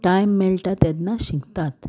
time मेळटा तेन्ना शिकतात